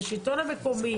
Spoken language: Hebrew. השלטון המקומי.